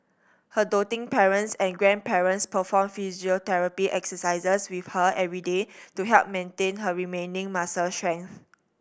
her doting parents and grandparents perform physiotherapy exercises with her every day to help maintain her remaining muscle strength